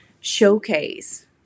showcase